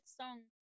song